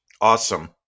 Awesome